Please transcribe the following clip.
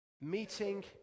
Meeting